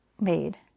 made